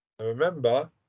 remember